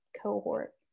cohort